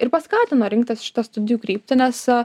ir paskatino rinktis šitą studijų kryptį nes